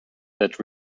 that